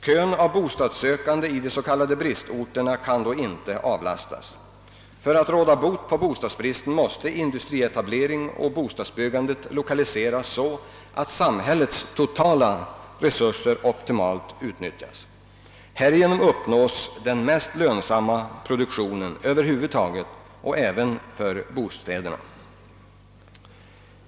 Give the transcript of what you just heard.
Kön av bostadssökande i de s.k. bristorterna kan då inte avlastas. För att råda bot på bostadsbristen måste industrietablering och bostadsbyggande lokaliseras så att samhällets totala resurser optimalt utnyttjas. Härigenom uppnås den mest lönsamma produktionen över huvud taget — vilket gäller även bostäderna.